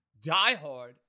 diehard